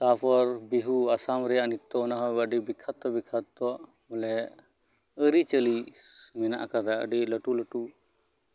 ᱛᱟ ᱯᱚᱨ ᱵᱤᱦᱩ ᱟᱥᱟᱢ ᱨᱮᱭᱟᱜ ᱱᱤᱛᱛᱚ ᱚᱱᱟ ᱦᱚᱸ ᱟᱰᱤ ᱵᱤᱠᱠᱷᱟᱛᱚ ᱵᱤᱠᱠᱷᱟᱛᱚ ᱵᱚᱞᱮ ᱟᱹᱨᱤᱪᱟᱹᱞᱤ ᱢᱮᱱᱟᱜ ᱠᱟᱫᱟ ᱟᱰᱤ ᱞᱟᱴᱩ ᱞᱟᱴᱩ